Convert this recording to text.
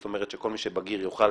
זאת אומרת שכל מי שבגיר יוכל